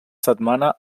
setmana